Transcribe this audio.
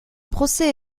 procès